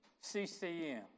CCM